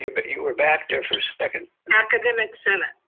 you but you were back there for a second. academic senate.